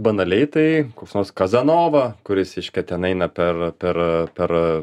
banaliai tai koks nors kazanova kuris reiškia ten eina per per per